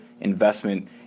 investment